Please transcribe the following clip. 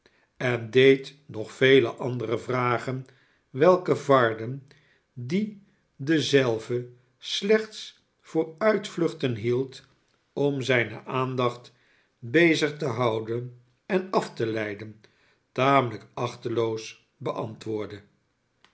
en deed nog vele andere vragen welke varden die dezelve slechts voor uitvluchten hield om zijne aandacht bezig te houden en af te leiden r tamelijk achteloos beantwoordde